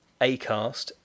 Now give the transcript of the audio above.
Acast